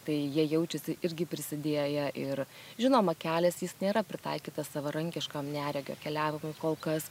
tai jie jaučiasi irgi prisidėję ir žinoma kelias jis nėra pritaikytas savarankiškam neregio keliavimui kol kas